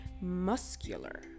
muscular